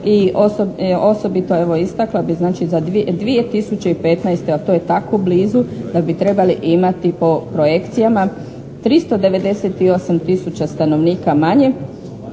I osobito istakla bi znači za 2015. a to je tako blizu da bi trebali imati po projekcijama 398 tisuća stanovnika manje